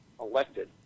elected